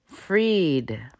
freed